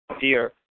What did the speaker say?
dear